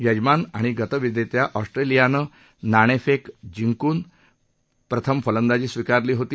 यजमान आणि गतविजेत्या ऑस्ट्रेलियानं नाणेफेक जिंकून प्रथम फलंदाजी स्वीकारली होती